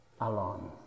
alone